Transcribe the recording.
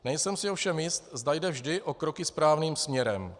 Nejsem si ovšem jist, zda jde vždy o kroky správným směrem.